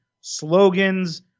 slogans